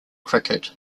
cricket